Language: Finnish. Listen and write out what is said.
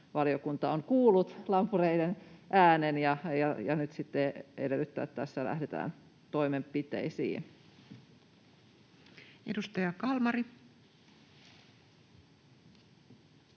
valiokunta on kuullut lampureiden äänen ja nyt edellyttää, että tässä lähdetään toimenpiteisiin. [Speech 392]